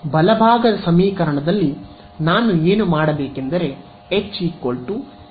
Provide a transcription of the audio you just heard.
ಆದ್ದರಿಂದ ಬಲಭಾಗದ ಸಮೀಕರಣದಲ್ಲಿ ನಾನು ಏನು ಮಾಡಬೇಕೆಂದರೆ H H¿ Hs ಬರೆಯುತ್ತೇನೆ